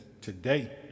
today